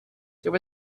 there